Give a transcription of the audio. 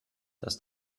dass